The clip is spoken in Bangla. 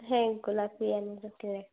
হ্যাঁ গোলাপি এনে রাখতে হবে